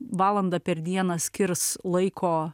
valandą per dieną skirs laiko